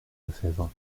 lefebvre